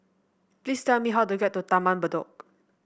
please tell me how to get to Taman Bedok